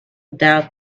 doubt